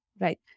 Right